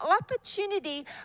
opportunity